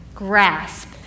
grasp